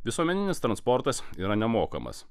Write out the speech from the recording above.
visuomeninis transportas yra nemokamas